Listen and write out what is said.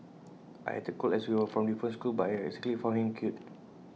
I acted cold as we were from different schools but I secretly found him cute